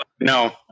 No